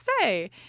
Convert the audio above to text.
say